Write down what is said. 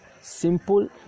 simple